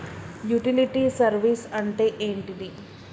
Utility service అంటే ఏంటిది?